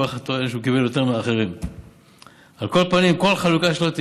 כל אחד טוען שהוא קיבל יותר מהאחרים.